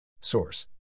Source